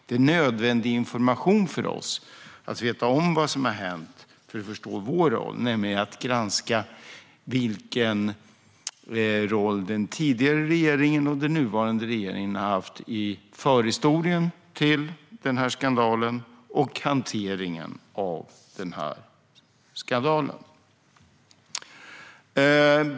Det är nödvändigt för oss att veta om vad som har hänt för att förstå vår roll, nämligen att granska vilken roll den tidigare regeringen och den nuvarande regeringen har haft i förhistorien till den här skandalen och hanteringen av den.